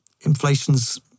inflation's